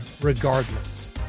regardless